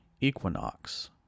equinox